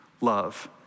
love